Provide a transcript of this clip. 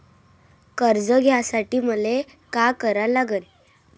कर्ज घ्यासाठी मले का करा लागन?